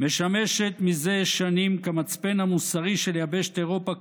"משמשת מזה שנים כמצפן המוסרי של יבשת אירופה